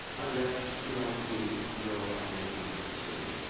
unless, like me, you're an agnostic jew,